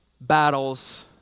battles